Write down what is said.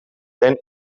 den